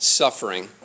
suffering